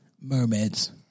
Mermaids